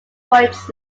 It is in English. points